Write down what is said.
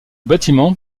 bâtiment